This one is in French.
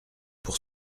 pour